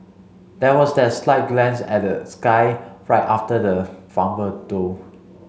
there was that slight glance and the sky right after the fumble though